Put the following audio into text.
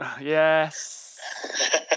Yes